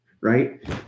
right